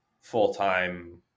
full-time